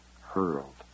hurled